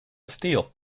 steel